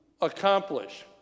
accomplish